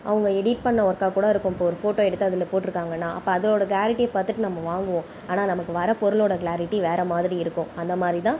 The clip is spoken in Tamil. அவங்க எடிட் பண்ண ஒர்க்காக கூட இருக்கும் இப்போ ஒரு ஃபோட்டோ எடுத்து அதில் போட்டிருக்காங்கன்னா அப்போ அதோட கிளாரிட்டி பார்த்துட்டு நம்ம வாங்குவோம் ஆனால் நமக்கு வரப் பொருளோட கிளாரிட்டி வேற மாதிரி இருக்கும் அந்த மாதிரி தான்